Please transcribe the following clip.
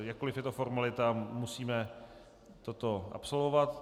Jakkoli je to formalita, musíme toto absolvovat.